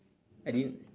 I didn't